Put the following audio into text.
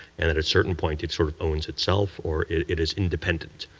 and at a certain point it sort of owns itself or it is independent.